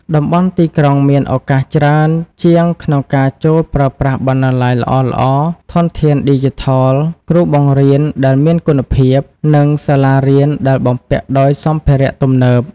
តំបន់ទីក្រុងមានឱកាសច្រើនជាងក្នុងការចូលប្រើប្រាស់បណ្ណាល័យល្អៗ ធនធានឌីជីថល គ្រូបង្រៀនដែលមានគុណភាព និងសាលារៀនដែលបំពាក់ដោយសម្ភារៈទំនើប។